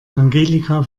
angelika